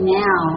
now